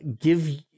give